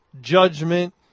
judgment